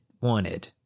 wanted